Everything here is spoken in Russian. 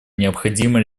необходима